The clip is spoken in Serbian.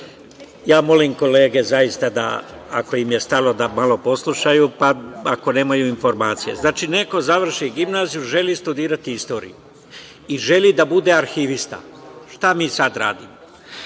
Molim kolege, zaista, ako im je stalo, da malo poslušaju, ako nemaju informacije. Znači, neko završi gimnaziju, želi studirati istoriju i želi da bude arhivista. Šta mi sada radimo?